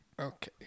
Okay